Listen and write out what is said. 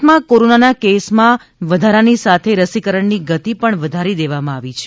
ગુજરાતમાં કોરોનાના કેસમાં વધારાની સાથે રસીકરણની ગતિ પણ વધારી દેવામાં આવી છે